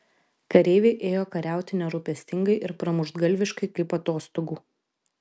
kareiviai ėjo kariauti nerūpestingai ir pramuštgalviškai kaip atostogų